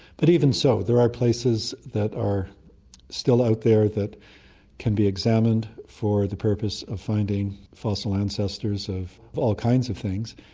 but even so, there are places that are still out there that can be examined for the purpose of finding fossil ancestors of of kinds of things,